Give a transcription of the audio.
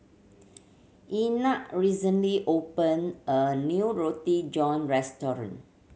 Ina recently opened a new Roti John restaurant